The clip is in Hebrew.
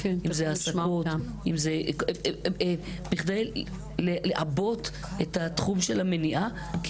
אם זה העסקות בכדי לעבות את התחום של המניעה כי